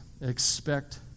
Expect